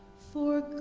for